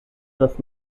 das